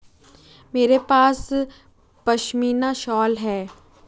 मेरे पास पशमीना शॉल है